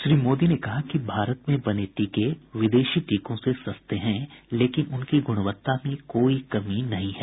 श्री मोदी ने कहा कि भारत में बने टीके विदेशी टीकों से सस्ते हैं लेकिन उनकी गुणवत्ता में कोई कमी नहीं हैं